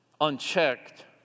unchecked